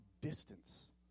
distance